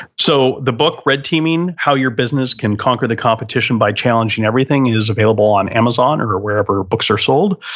so, the book, red teaming how your business can conquer the competition by challenging everything is available on amazon or wherever books are sold.